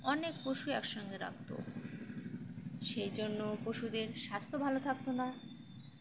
অনেক পশু একসঙ্গে রাখতো সেই জন্য পশুদের স্বাস্থ্য ভালো থাকতো না